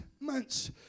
months